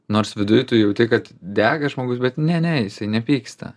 nors viduj tu jauti kad dega žmogus bet ne ne jisai nepyksta